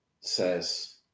says